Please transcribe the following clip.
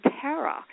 terror